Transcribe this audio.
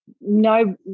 no